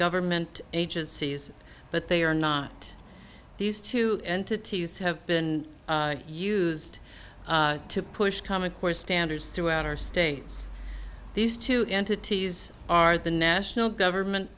government agencies but they are not these two entities have been used to push come a core standards throughout our states these two entities are the national government